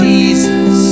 Jesus